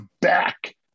back